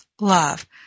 Love